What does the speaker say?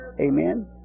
Amen